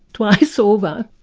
twice over,